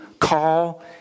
call